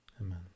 amen